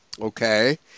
okay